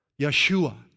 Yeshua